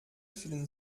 fühlen